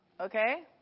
Okay